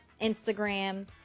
Instagram